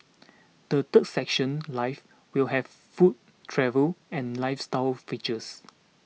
the third section life will have food travel and lifestyle features